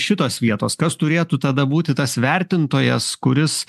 šitos vietos kas turėtų tada būti tas vertintojas kuris